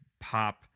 pop